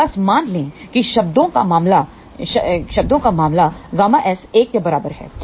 तोबस मान लें कि शब्दों का मामला ƬS 1 के बराबर है